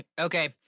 Okay